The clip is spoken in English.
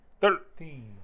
Thirteen